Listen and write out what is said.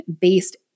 based